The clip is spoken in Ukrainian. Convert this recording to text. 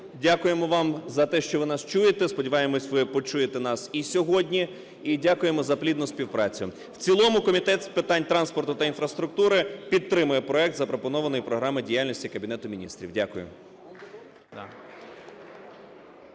дякуємо вам за те, що ви нас чуєте. Сподіваємося, що ви нас почуєте і сьогодні. І дякуємо за плідну співпрацю. В цілому Комітет з питань транспорту та інфраструктури підтримує проект, запропонований, Програми діяльності Кабінету Міністрів. Дякую.